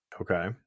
Okay